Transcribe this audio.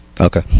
Okay